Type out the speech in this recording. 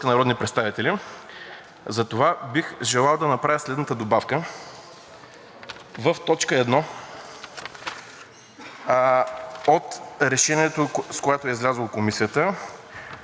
от Решението, с което е излязла Комисията: след думите „съобразно българските възможности“ да добавим „без отслабване на отбранителните способности на страната“.